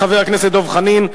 חבר הכנסת דב חנין,